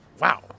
Wow